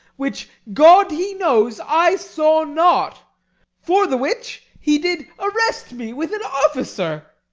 which, god he knows, i saw not for the which he did arrest me with an officer.